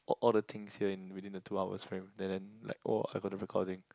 or all the things here in within the two hours frame and then like oh I got the recording